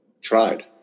tried